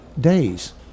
days